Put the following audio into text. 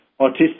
autistic